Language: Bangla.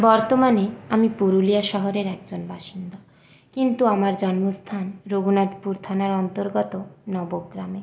বর্তমানে আমি পুরুলিয়া শহরের একজন বাসিন্দা কিন্তু আমার জন্মস্থান রঘুনাথপুর থানার অন্তর্গত নবগ্রামে